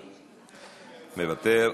מוותר.